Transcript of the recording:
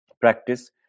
practice